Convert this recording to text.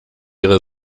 ihre